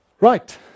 Right